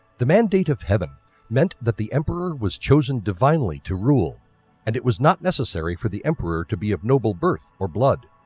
the mandate of heaven meant that the emperor was chosen divinely to rule and it was not necessary for the emperor to be of noble birth or blood.